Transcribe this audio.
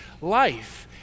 life